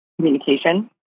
communication